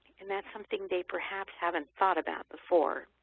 and that's something they perhaps haven't thought about before.